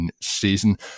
season